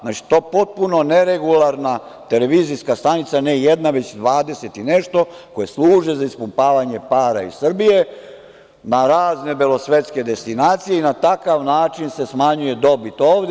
Znači, to je potpuno neregularna televizijska stanica, ne jedna, već 20 i nešto, koje služe za ispumpavanje para iz Srbije na razne belosvetske destinacije i na takav način smanjuje dobit ovde.